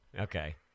Okay